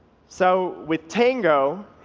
so with tango,